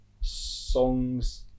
songs